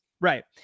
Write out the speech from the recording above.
Right